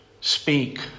speak